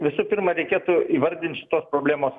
visų pirma reikėtų įvardint šitos problemos